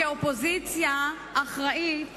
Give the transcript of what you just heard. כאופוזיציה אחראית